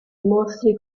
mostri